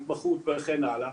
התמחות וכן הלאה,